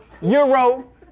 Euro